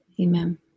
Amen